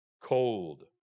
cold